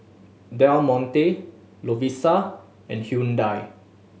Del Monte Lovisa and Hyundai